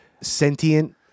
sentient